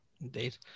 indeed